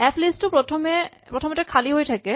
এফলিষ্ট টো প্ৰথমতে খালী হৈ থাকে